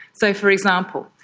so, for example,